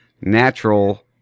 natural